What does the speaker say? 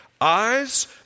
Eyes